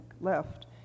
left